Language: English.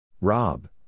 Rob